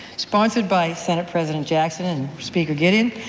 sponsored by senate president jackson and speaker gideon,